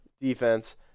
defense